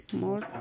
more